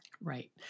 Right